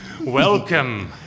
Welcome